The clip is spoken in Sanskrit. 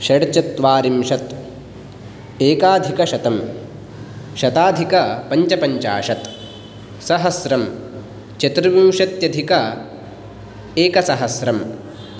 षड्चत्वारिंशत् एकाधिकशतं शताधिकपञ्चपञ्चाशत् सहस्रं चतुर्विंशत्यधिक एकसहस्रम्